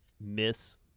miss